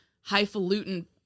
highfalutin